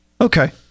Okay